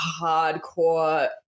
hardcore